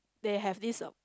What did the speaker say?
they have this uh